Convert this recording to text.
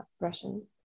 Russian